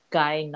guy